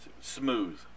Smooth